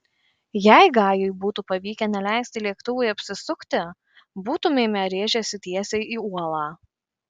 jei gajui būtų pavykę neleisti lėktuvui apsisukti būtumėme rėžęsi tiesiai į uolą